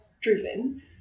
driven